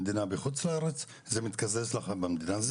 אתה משלם במדינה בחו"ל וזה מתקזז לך במדינה.